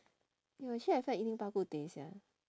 !aiyo! actually I feel like eating bak kut teh sia